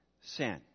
sin